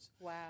Wow